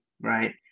right